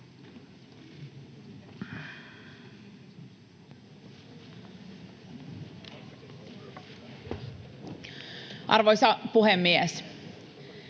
Arvoisa puhemies!